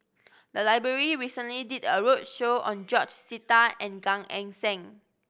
the library recently did a roadshow on George Sita and Gan Eng Seng